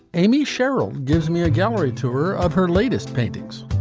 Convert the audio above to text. amy sherrill gives me a gallery tour of her latest paintings